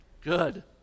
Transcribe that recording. Good